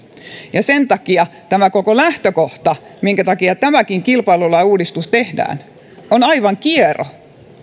ja sen takia tämä koko lähtökohta minkä takia tämäkin kilpailulain uudistus tehdään on aivan kiero